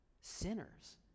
sinners